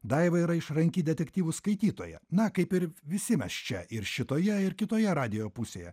daiva yra išranki detektyvų skaitytoja na kaip ir visi mes čia ir šitoje ir kitoje radijo pusėje